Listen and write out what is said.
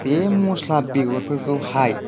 बे मस्ला बेगरफोरखौहाय